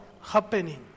happening